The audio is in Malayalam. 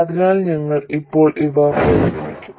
അതിനാൽ ഞങ്ങൾ ഇപ്പോൾ ഇവ പരിഗണിക്കും